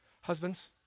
Husbands